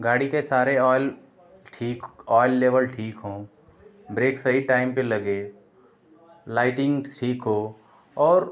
गाड़ी के सारे ऑइल ठीक ऑइल लेवल ठीक हों ब्रेक सही टाइम पर लगे लाइटिंग ठीक हो और